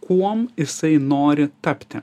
kuom jisai nori tapti